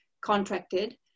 contracted